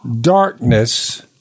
darkness